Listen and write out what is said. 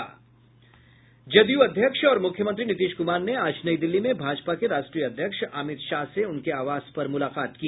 जदयू अध्यक्ष और मुख्यमंत्री नीतीश कुमार ने आज नई दिल्ली में भाजपा के राष्ट्रीय अध्यक्ष अमित शाह से उनके आवास पर मुलाकात की